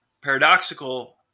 paradoxical